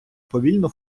повільно